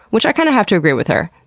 which i kind of have to agree with her.